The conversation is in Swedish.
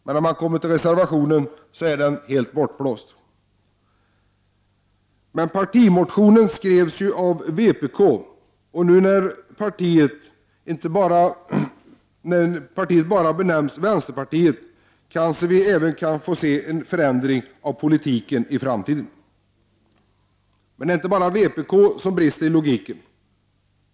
Men när man kommer till reservationen så är denna kluvenhet helt bortblåst. Partimotionen skrevs emellertid av vpk, men nu när partiet benämns vänsterpartiet kanske vi även kan få se en förändring av politiken i framtiden. Men det är inte bara vpk som brister i logiken.